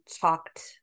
talked